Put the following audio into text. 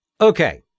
Okay